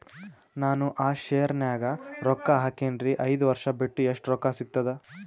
ನಾನು ಆ ಶೇರ ನ್ಯಾಗ ರೊಕ್ಕ ಹಾಕಿನ್ರಿ, ಐದ ವರ್ಷ ಬಿಟ್ಟು ಎಷ್ಟ ರೊಕ್ಕ ಸಿಗ್ತದ?